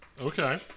Okay